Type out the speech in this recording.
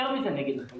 יותר מזה אני אגיד לכם,